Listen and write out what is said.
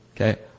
Okay